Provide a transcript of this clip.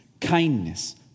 kindness